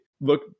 Look